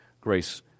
Grace